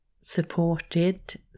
supported